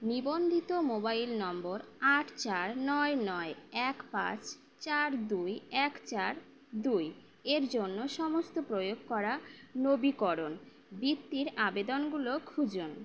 নিবন্ধিত mobile number আট চার নয় নয় এক পাঁচ চার দুই এক চার দুই এর জন্য সমস্ত প্রয়োগ করা নবীকরণ বৃত্তির আবেদনগুলো খুঁজুন